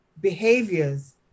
behaviors